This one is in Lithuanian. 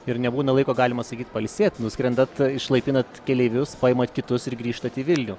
ir nebūna laiko galima sakyt pailsėt nuskrendat išlaipinat keleivius paimat kitus ir grįžtat į vilnių